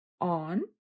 on